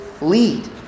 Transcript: lead